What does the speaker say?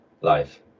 life